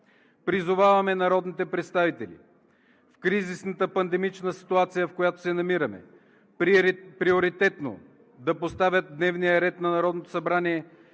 Призоваваме народните представители: в кризисната пандемична ситуация, в която се намираме, приоритетно да поставят в дневния ред на Народното събрание